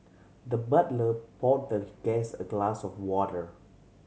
the butler poured the guest a glass of water